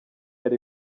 yari